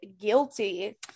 guilty